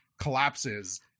collapses